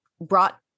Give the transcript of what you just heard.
brought